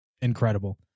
incredible